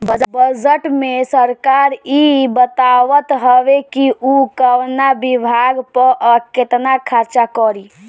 budget में सरकार इ बतावत हवे कि उ कवना विभाग पअ केतना खर्चा करी